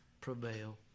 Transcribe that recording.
prevail